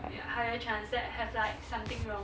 ya higher chance that have like something wrong